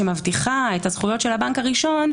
שמבטיחה את הזכויות של הבנק הראשון,